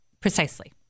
Precisely